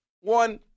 One